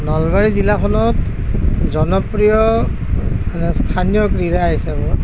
নলবাৰী জিলাখনত জনপ্ৰিয় মানে স্থানীয় ক্ৰীড়া হিচাপত